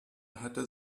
hatte